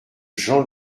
jean